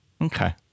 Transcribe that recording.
okay